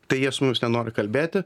tai jie su mumis nenori kalbėti